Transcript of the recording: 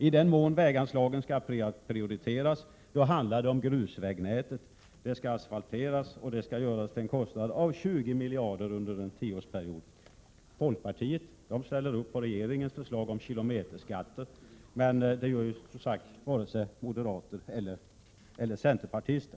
I den mån väganslagen skall prioriteras handlar det om grusvägnätet, som skall asfalteras till en kostnad av 20 miljarder kronor under en tioårsperiod. Folkpartiet ställer upp för regeringens förslag om kilometerskatt, men det gör som sagt varken moderater eller centerpartister.